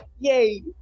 Yay